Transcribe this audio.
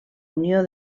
unió